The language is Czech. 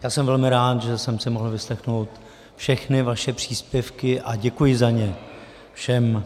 Já jsem velmi rád, že jsem si mohl vyslechnout všechny vaše příspěvky, a děkuji za ně všem.